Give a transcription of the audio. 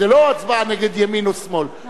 זה לא הצבעה נגד ימין או שמאל, נכון.